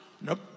Nope